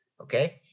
Okay